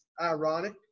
ironic